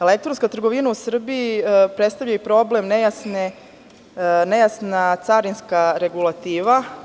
Elektronska trgovina u Srbiji predstavlja i problem nejasne carinske regulative.